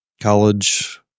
college